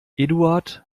eduard